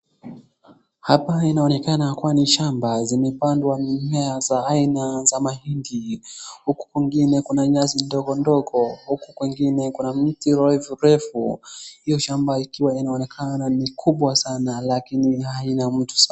Hapa inaonekana kuwa ni shamba zimepandwa mimea za aina ya mahindi, huku kwingine kuna nyasi ndogo ndogo huku kwingine kuna mti refurefu. Hiyo shamba ikiwa inaonekana ni kubwa sana lakini haina mtu.